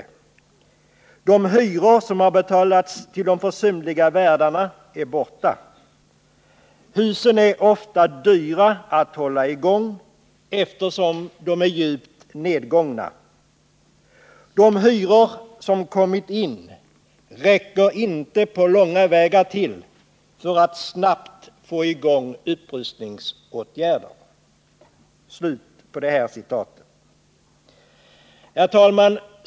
De hyror som betalats till de försumliga värdarna är borta. Husen är ofta dyra att hålla igång eftersom de är djupt nedgångna. De hyror som kommit in räcker inte på långa vägar till för att snabbt få igång upprustningsåtgärder.” Herr talman!